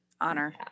honor